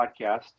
podcast